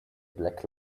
black